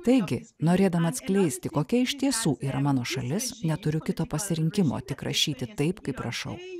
taigi norėdama atskleisti kokia iš tiesų yra mano šalis neturiu kito pasirinkimo tik rašyti taip kaip rašau